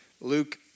Luke